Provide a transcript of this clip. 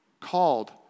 called